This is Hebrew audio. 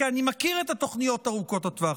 כי אני מכיר את התוכניות ארוכות הטווח.